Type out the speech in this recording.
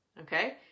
Okay